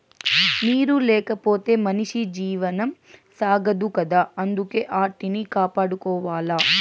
నీరు లేకపోతె మనిషి జీవనం సాగదు కదా అందుకే ఆటిని కాపాడుకోవాల